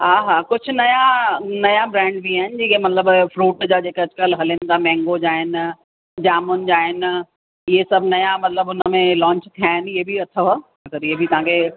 हा हा कुझु नवां नवां ब्रैंड बि आहिनि जेके मतलबु फ़्रूट जा जेके अॼुकल्ह हलनि था मैंगो जा आहिनि जामुनि जा आहिनि इहे सभु नवां मतलबु हुन में लॉंच थिया आहिनि इहे बि अथव मतलबु इहे बि तव्हांखे